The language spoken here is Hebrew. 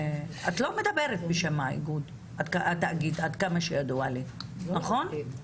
את לא מדברת בשם התאגיד, עד כמה שידוע לי, נכון?